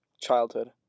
childhood